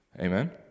amen